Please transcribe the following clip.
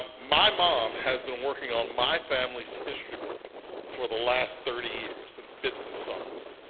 my mom has been working on my family's history book for the last thirty years in fits and starts.